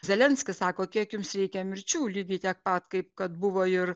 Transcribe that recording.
zelenskis sako kiek jums reikia mirčių lygiai tiek pat kaip kad buvo ir